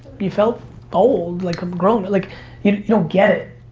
you felt old, like i'm grown, like you know you don't get